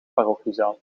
parochiezaal